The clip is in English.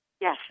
Yes